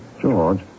George